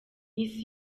isi